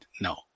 No